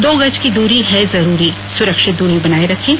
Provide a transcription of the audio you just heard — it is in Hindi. दो गज की दूरी है जरूरी सुरक्षित दूरी बनाए रखें